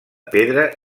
pedra